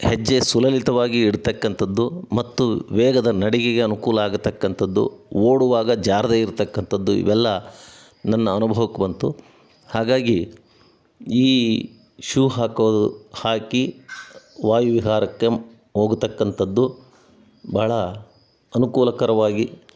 ಹೆಜ್ಜೆ ಸುಲಲಿತವಾಗಿ ಇಡತಕ್ಕಂಥದ್ದು ಮತ್ತು ವೇಗದ ನಡಿಗೆಗೆ ಅನುಕೂಲ ಆಗತಕ್ಕಂಥದ್ದು ಓಡುವಾಗ ಜಾರದೇ ಇರತಕ್ಕಂಥದ್ದು ಇವೆಲ್ಲ ನನ್ನ ಅನುಭವಕ್ಕೆ ಬಂತು ಹಾಗಾಗಿ ಈ ಶೂ ಹಾಕೋದು ಹಾಕಿ ವಾಯುವಿಹಾರಕ್ಕೆ ಹೋಗ್ತಕ್ಕಂತದ್ದು ಭಾಳ ಅನುಕೂಲಕರವಾಗಿ